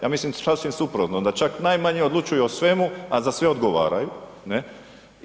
Ja mislim sasvim suprotno, da čak najmanje odlučuju o svemu, a za sve odgovaraju, ne?